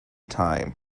time